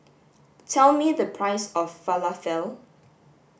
tell me the price of Falafel